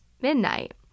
midnight